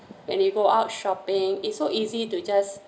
when you go out shopping it's so easy to just